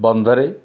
ବନ୍ଧରେ